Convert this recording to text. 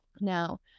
Now